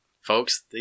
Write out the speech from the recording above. Folks